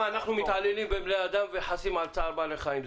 אנחנו מתעללים בבני אדם וחסים על בעלי חיים.